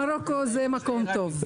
מרוקו זה מקום טוב.